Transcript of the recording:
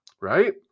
right